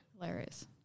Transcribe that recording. Hilarious